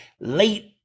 late